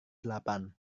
delapan